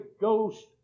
Ghost